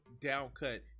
downcut